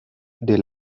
del